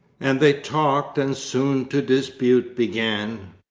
and they talked and soon to dispute began!